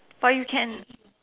but you can